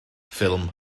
ffilm